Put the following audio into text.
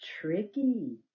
tricky